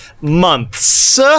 months